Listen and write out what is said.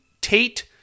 Tate